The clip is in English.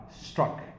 struck